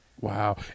Wow